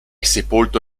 sepolto